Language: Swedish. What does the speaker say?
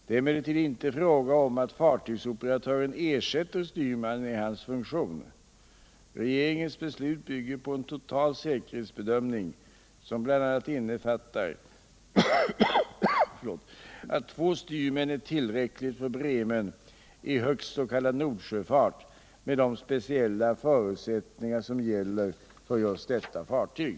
Det är emellertid inte fråga om att fartygsoperatören ersätter styrmannen i hans funktion. Regeringens beslut bygger på en total säkerhetsbedömning, som bl.a. innefattar att två styrmän är tillräckligt för Bremön i högst s.k. Nordsjöfart med de speciella förutsättningar som gäller för just detta fartyg.